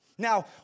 Now